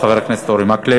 תודה רבה לחבר הכנסת אורי מקלב.